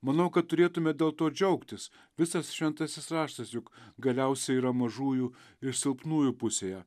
manau kad turėtume dėl to džiaugtis visas šventasis raštas juk galiausiai yra mažųjų ir silpnųjų pusėje